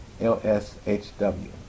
lshw